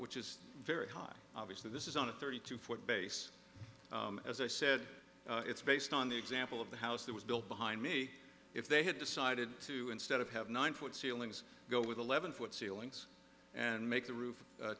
which is very high obviously this is on a thirty two foot base as i said it's based on the example of the house that was built behind me if they had decided to instead of have nine foot ceilings go with eleven foot ceilings and make the roof